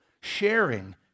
sharing